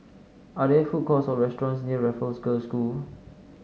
are there food courts or restaurants near Raffles Girls' School